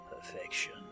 Perfection